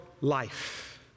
life